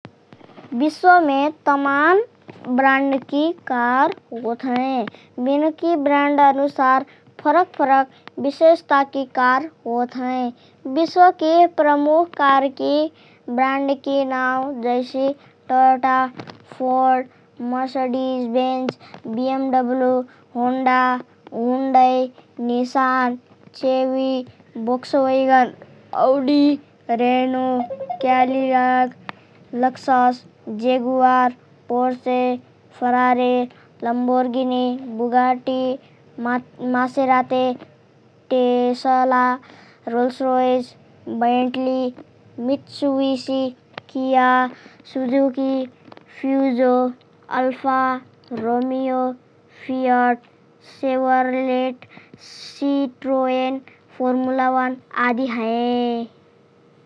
विश्वमे तमान ब्रान्डकी कार होतहएँ । बिनकी ब्रान्ड अनुसार फरक फरक विशेषताकी कार होतहएँ । विश्वकी प्रमुख कारकी ब्रान्डकी नावँ जैसि: Toyota, Ford, Mercedes Benz, BMW, Honda, Hyundai, Nissan, Chevy, Volkswagen, Audi, Renault, Cadillac, Lexus, Jaguar, Porsche, Ferrari, Lamborghini, Bugatti, Maserati, Tesla, Rolls Royce, Bentley, Mitsubishi, Kia, Suzuki, Peugeot, Alfa Romeo, Fiat, Chevrolet, Citroen, Formula one आदि हएँ ।